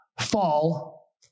fall